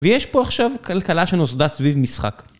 ויש פה עכשיו כלכלה שנוסדה סביב משחק.